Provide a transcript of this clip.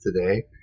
today